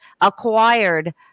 acquired